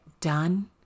done